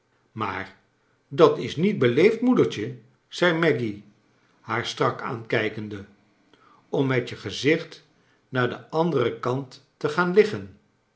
maar dat is niet beleefd moedertje zei maggy haar strak aankijkende om met je gezicht naar den anderen kant te gaan liggen